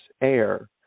AIR